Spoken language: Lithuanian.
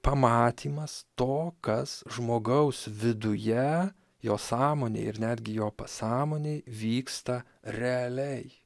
pamatymas to kas žmogaus viduje jo sąmonėj ir netgi jo pasąmonėj vyksta realiai